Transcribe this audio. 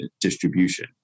distribution